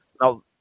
Now